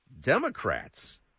Democrats